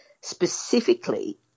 specifically